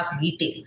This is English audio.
retail